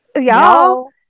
Y'all